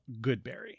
goodberry